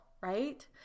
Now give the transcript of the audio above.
right